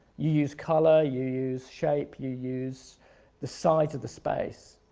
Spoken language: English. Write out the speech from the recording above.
you use color, you use shape, you use the size of the space.